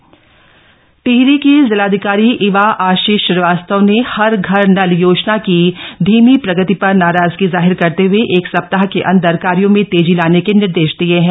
जल जीवन मिशन टिहरी टिहरी की जिलाधिकारी इवा आशीष श्रीवास्तव ने हर घर नल योजना की धीमी प्रगति पर नाराजगी जाहिर करते हुए एक सप्ताह के अंदर कार्यो में तेजी लाने के निर्देश दिये हैं